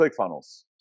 ClickFunnels